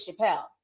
Chappelle